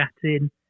chatting